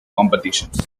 competitions